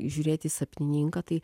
žiūrėti į sapnininką tai